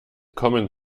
kommen